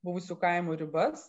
buvusių kaimų ribas